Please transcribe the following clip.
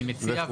אני מציע,